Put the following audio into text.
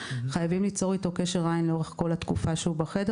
חייבים ליצור אתו קשר עין לאורך כל התקופה שהוא בחדר.